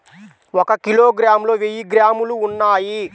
ఒక కిలోగ్రామ్ లో వెయ్యి గ్రాములు ఉన్నాయి